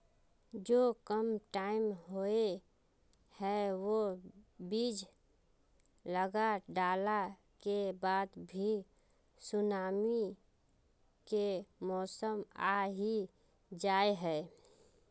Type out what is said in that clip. जो कम टाइम होये है वो बीज लगा डाला के बाद भी सुनामी के मौसम आ ही जाय है?